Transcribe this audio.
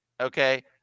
okay